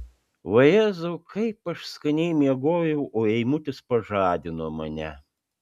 vajezau kaip aš skaniai miegojau o eimutis pažadino mane